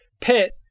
Pit